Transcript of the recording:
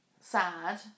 sad